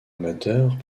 amateurs